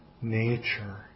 nature